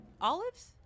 Olives